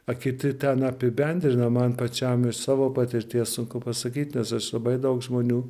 a kiti ten apibendrina man pačiam iš savo patirties sunku pasakyt nes esu labai daug žmonių